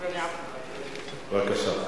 בבקשה.